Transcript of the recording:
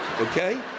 okay